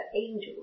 angels